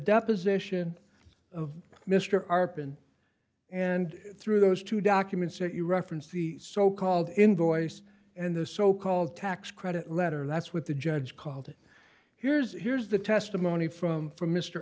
deposition of mr arpan and through those two documents that you referenced the so called invoice and the so called tax credit letter that's what the judge called it here's here's the testimony from from m